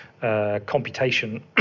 computation